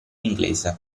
inglese